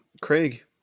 Craig